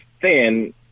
thin